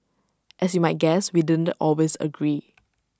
as you might guess we didn't always agree